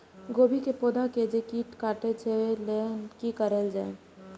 गोभी के पौधा के जे कीट कटे छे वे के लेल की करल जाय?